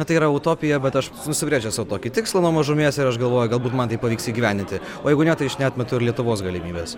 na tai yra utopija bet aš nusibrėžęs sau tokį tikslą nuo mažumės ir aš galvoju galbūt man tai pavyks įgyvendinti o jeigu ne tai aš neatmetu ir lietuvos galimybės